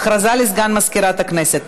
הודעה לסגן מזכירת הכנסת.